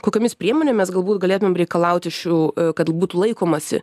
kokiomis priemonėmis galbūt galėtumėm reikalauti iš jų kad būtų laikomasi